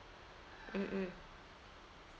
mm mm